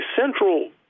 central